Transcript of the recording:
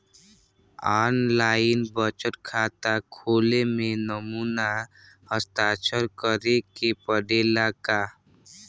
आन line बचत खाता खोले में नमूना हस्ताक्षर करेके पड़ेला का?